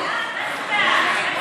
ההצעה להעביר את הצעת חוק